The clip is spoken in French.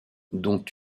dont